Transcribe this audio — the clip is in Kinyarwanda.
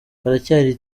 haracyari